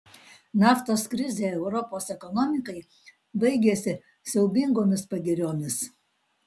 naftos krizė europos ekonomikai baigėsi siaubingomis pagiriomis